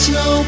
no